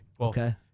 Okay